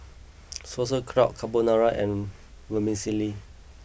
Sauerkraut Carbonara and Vermicelli